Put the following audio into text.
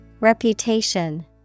Reputation